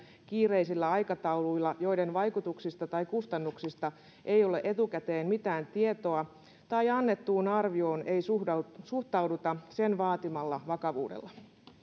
kiireisillä aikatauluilla lisää tehtäviä joiden vaikutuksista tai kustannuksista ei ole etukäteen mitään tietoa tai annettuun arvioon ei suhtauduta suhtauduta sen vaatimalla vakavuudella